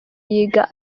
yiga